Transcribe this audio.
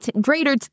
greater